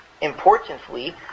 importantly